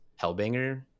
Hellbanger